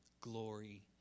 glory